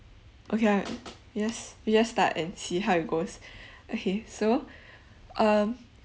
okay I yes we just start and see how it goes okay so um